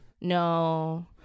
No